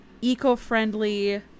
eco-friendly